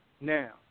Now